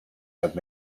have